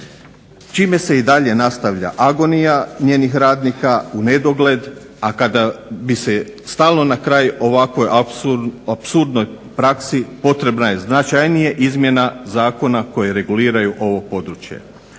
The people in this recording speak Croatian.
čime se i dalje nastavlja agonija njenih radnika u nedogled. A kada bi se stalo na kraj ovako apsurdnoj praksi potrebna je značajnija izmjena zakona koje reguliraju ovo područje.